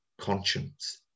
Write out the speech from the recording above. conscience